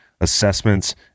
assessments